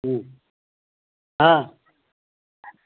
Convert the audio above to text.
হুম হ্যাঁ